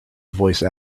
voice